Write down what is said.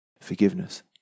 forgiveness